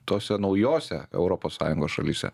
tose naujose europos sąjungos šalyse